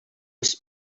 was